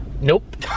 Nope